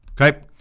Okay